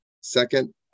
Second